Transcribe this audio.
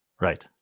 right